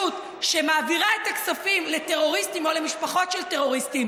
שמעבירה את הכספים לטרוריסטים או למשפחות של טרוריסטים.